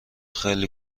خیلی